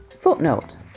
Footnote